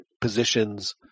positions